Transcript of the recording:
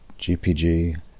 GPG